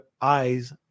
eyes